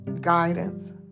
guidance